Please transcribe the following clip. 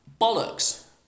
bollocks